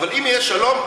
אבל אם יהיה שלום,